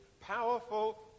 powerful